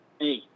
Hey